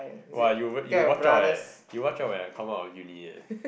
!wah! you you watch out eh you watch out when I come out of uni eh